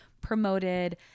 promoted